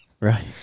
Right